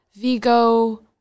Vigo